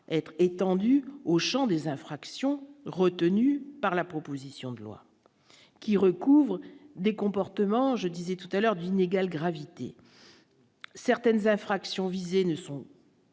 être étendue aux chants des infractions retenues par la proposition de loi qui recouvre des comportements, je disais tout à l'heure d'inégale gravité certaines infractions visées ne sont.